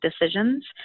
decisions